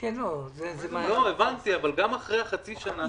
אבל גם אחרי החצי שנה,